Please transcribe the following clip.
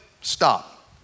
stop